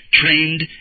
trained